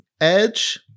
Edge